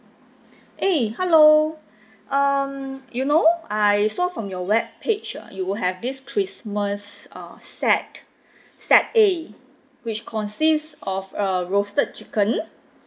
eh hello um you know I saw from your web page ah you will have this christmas uh set set A which consists of a roasted chicken